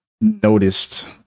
noticed